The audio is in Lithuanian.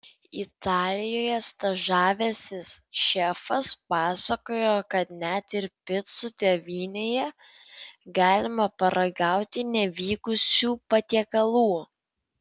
italijoje stažavęsis šefas pasakojo kad net ir picų tėvynėje galima paragauti nevykusių patiekalų